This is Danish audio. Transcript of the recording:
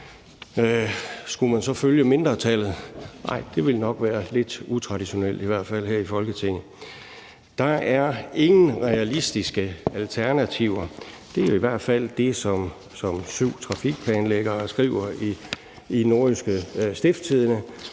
Skulle man så følge mindretallet? Nej, det ville nok være lidt utraditionelt – i hvert fald her i Folketinget. Der er ingen realistiske alternativer. Det er jo i hvert fald det, som syv trafikplanlæggere skriver i Nordjyske Stiftstidende,